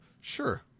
Sure